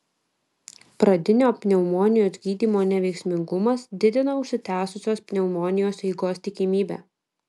pradinio pneumonijos gydymo neveiksmingumas didina užsitęsusios pneumonijos eigos tikimybę